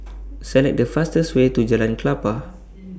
Select The fastest Way to Jalan Klapa